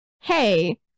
Hey